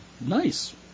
Nice